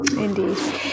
Indeed